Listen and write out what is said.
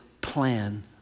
plan